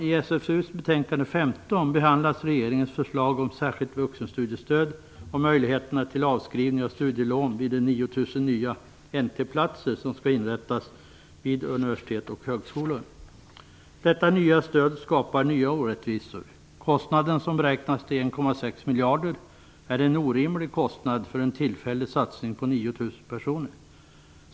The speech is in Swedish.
I SfU:s betänkande 15 behandlas regeringens förslag om särskilt vuxenstudiestöd och möjligheterna till avskrivning av studielån vid de Detta nya stöd skapar nya orättvisor. Kostnaden, som beräknas till 1,6 miljarder, är orimlig för en tillfällig satsning på 9 000 personer.